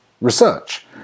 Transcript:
research